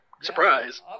Surprise